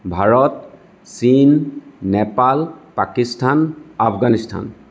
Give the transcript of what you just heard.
ভাৰত চীন নেপাল পাকিস্তান আফগানিস্তান